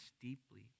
deeply